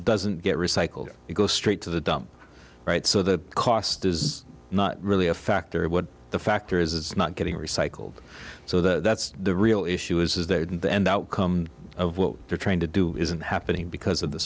doesn't get recycled it goes straight to the dump right so the cost is not really a factor what the factor is it's not getting recycled so that's the real issue is that in the end outcome of what they're trying to do isn't happening because of the